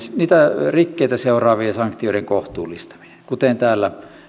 niitä rikkeitä seuraavien sanktioiden kohtuullistaminen kuten täällä